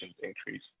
increase